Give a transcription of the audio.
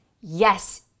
Yes